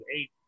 eight